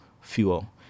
fuel